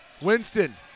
Winston